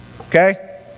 okay